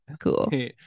Cool